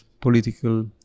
political